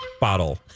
bottle